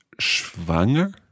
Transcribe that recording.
schwanger